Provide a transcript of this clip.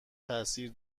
تاثیر